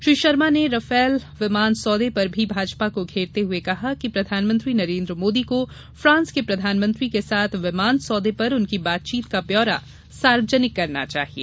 श्री शर्मा ने राफेल विमान सौदे पर भी भाजपा को घेरते हुए कहा कि प्रधानमंत्री नरेन्द्र मोदी को फ्रांस के प्रधानमंत्री के साथ विमान सौदे पर उनकी बातचीत का ब्यौरा सार्वजनिक करना चाहिये